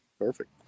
Perfect